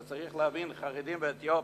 אתה צריך להבין, חרדים ואתיופים,